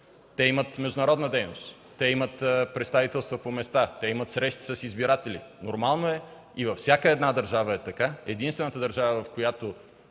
Те вършат международна дейност. Те имат представителства по места. Те имат срещи с избирателите. Нормално е и във всяка държава е така. Единствената държава, в която